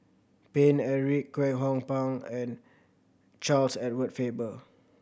Paine Eric Kwek Hong Png and Charles Edward Faber